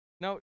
No